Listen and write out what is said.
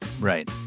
Right